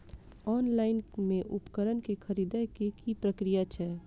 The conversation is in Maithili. ऑनलाइन मे उपकरण केँ खरीदय केँ की प्रक्रिया छै?